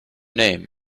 name